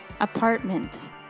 apartment